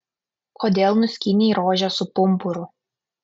kodėl nuskynei rožę su pumpuru